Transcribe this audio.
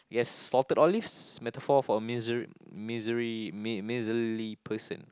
yes salted olives metaphor for misery misery mi~ miserly person